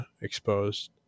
exposed